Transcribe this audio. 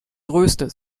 größte